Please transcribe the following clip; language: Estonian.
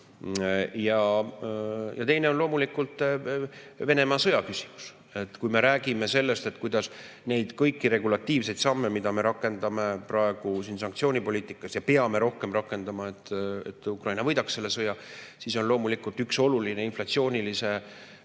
Ja teine on loomulikult Venemaa sõja küsimus. Kui me räägime sellest, kuidas rakendada neid kõiki regulatiivseid [otsuseid], mida me praegu teeme sanktsioonipoliitikas ja peame rohkem rakendama, et Ukraina võidaks selle sõja, siis loomulikult üks oluline inflatsioonilise surve